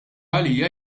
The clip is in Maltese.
għalija